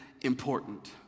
important